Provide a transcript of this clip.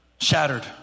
shattered